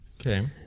Okay